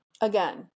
again